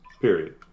period